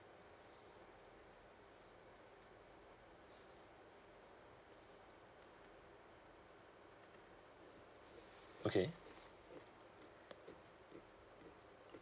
okay